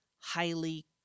highly